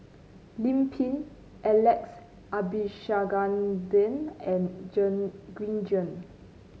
Lim Pin Alex Abisheganaden and Green Zeng